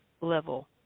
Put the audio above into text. level